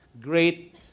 great